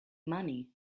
money